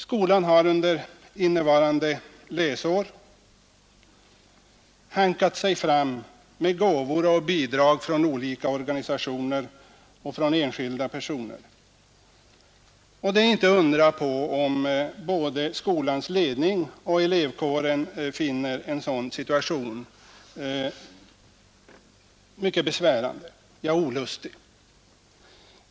Skolan har under innevarande läsår hankat sig fram tack vare gåvor och bidrag från olika organisationer och enskilda personer, Det är inte att undra på, om både skolans ledning och elevkåren finner en sådan situation vara mycket besvärande, ja olustig.